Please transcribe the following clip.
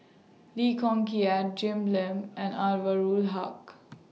Lee Kong Kiat Jim Lim and Anwarul Haque